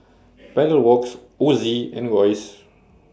Pedal Works Ozi and Royce